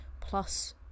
plus